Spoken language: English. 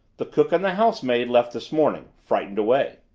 the cook and the housemaid left this morning frightened away.